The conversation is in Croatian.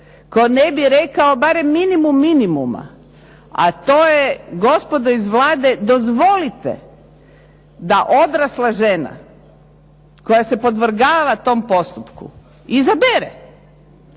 tko ne bi rekao barem minimum minimuma, a to je gospodo iz Vlade dozvolite da odrasla žena koja se podvrgava tom postupku izabere,